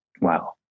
Wow